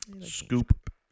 Scoop